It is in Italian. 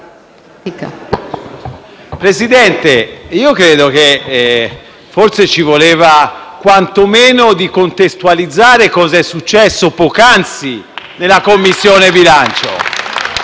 Presidente, io credo che, forse, si doveva quantomeno contestualizzare cosa è successo poc'anzi in Commissione bilancio.